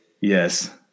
Yes